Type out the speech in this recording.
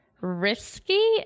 risky